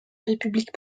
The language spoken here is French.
république